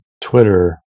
Twitter